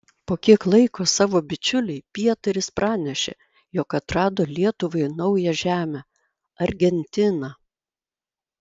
po kiek laiko savo bičiuliui pietaris pranešė jog atrado lietuvai naują žemę argentiną